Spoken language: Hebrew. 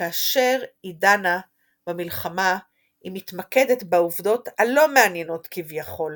כאשר היא דנה במלחמה היא מתמקדת בעובדות ה"לא מענינות" כביכול